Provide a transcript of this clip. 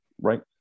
right